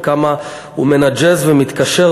וכמה הוא מנג'ס ומתקשר,